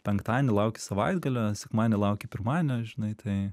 penktadienį lauki savaitgalio sekmadienį lauki pirmadienio žinai tai